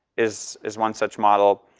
is is one such model.